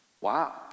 Wow